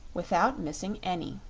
without missing any.